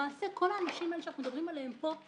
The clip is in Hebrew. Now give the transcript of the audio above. למעשה כל האנשים האלה שאנחנו מדברים עליהם פה,